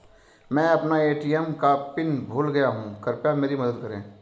मैं अपना ए.टी.एम का पिन भूल गया हूं, कृपया मेरी मदद करें